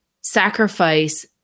sacrifice